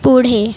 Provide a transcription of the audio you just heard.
पुढे